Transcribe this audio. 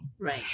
Right